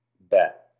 bet